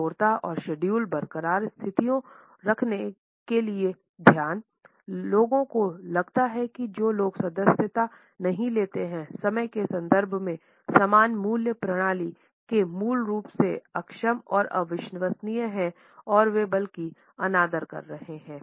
कठोरता और शेड्यूल बरकरार स्थितियों रखने के लिए ध्यान लोगों को लगता है कि जो लोग सदस्यता नहीं लेते हैं समय के संदर्भ में समान मूल्य प्रणाली में मूल रूप से अक्षम और अविश्वसनीय हैं और वे बल्कि अनादर कर रहे हैं